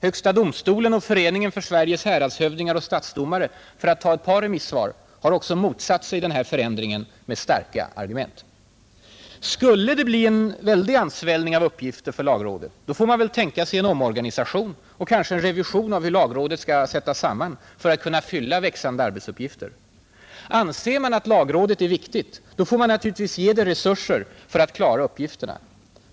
Högsta domstolen och Föreningen Sveriges häradshövdingar och stadsdomare, för att ta ett par remissvar, har också motsatt sig den här förändringen med starka argument. Skulle det bli en väldig ansvällning av uppgifter för lagrådet, då får man väl tänka sig en omorganisation och kanske en revision av hur lagrådet skall sättas samman för att kunna fylla växande arbetsuppgifter. Anser man att lagrådet är viktigt, då får man naturligtvis ge det resurser för att klara uppgifterna.